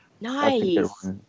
Nice